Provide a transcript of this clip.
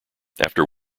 after